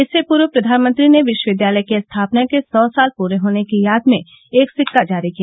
इससे पूर्व प्रधानमंत्री ने विश्वविद्यालय की स्थापना के सौ साल पूरे होने की याद में एक सिक्का जारी किया